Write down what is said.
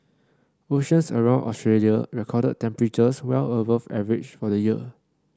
oceans around Australia recorded temperatures well above average for the year